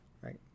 right